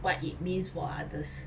what it means for others